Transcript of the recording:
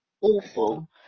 awful